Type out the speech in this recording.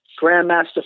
Grandmaster